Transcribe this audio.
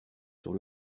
sur